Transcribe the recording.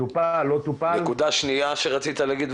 טופל או לא טופל --- מה הנקודה השניה שרצית לומר?